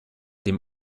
dem